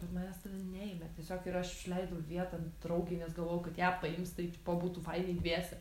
bet manęs ten neėmė tiesiog ir aš užleidau vietą draugei nes galvojau kad ją paims tai tipo būtų fainiai dviese